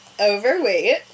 overweight